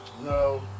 No